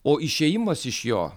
o išėjimas iš jo